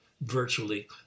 virtually